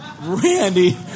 Randy